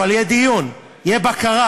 אבל יהיה דיון, תהיה בקרה.